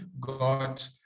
got